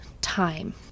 time